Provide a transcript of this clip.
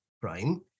prime